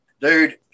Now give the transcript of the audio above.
dude